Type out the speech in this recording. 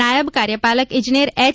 નાયબ કાર્યપાલક ઇજનેર એચ